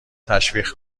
تشویق